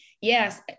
yes